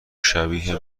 شبیه